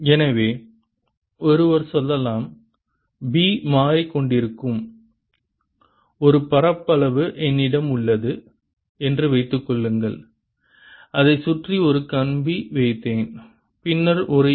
எனவே ஒருவர் சொல்லலாம் B மாறிக்கொண்டிருக்கும் ஒரு பரப்பளவு என்னிடம் உள்ளது என்று வைத்துக் கொள்ளுங்கள் அதைச் சுற்றி ஒரு கம்பி வைத்தேன் பின்னர் ஒரு ஈ